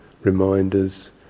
reminders